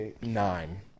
nine